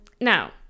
Now